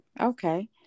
Okay